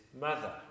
mother